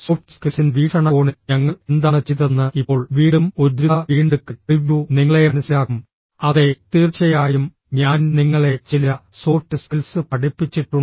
soft സ്കിൽസിന്റെ വീക്ഷണകോണിൽ ഞങ്ങൾ എന്താണ് ചെയ്തതെന്ന് ഇപ്പോൾ വീണ്ടും ഒരു ദ്രുത വീണ്ടെടുക്കൽ പ്രിവ്യൂ നിങ്ങളെ മനസ്സിലാക്കും അതെ തീർച്ചയായും ഞാൻ നിങ്ങളെ ചില സോഫ്റ്റ് സ്കിൽസ് പഠിപ്പിച്ചിട്ടുണ്ട്